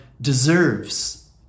deserves